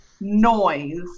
noise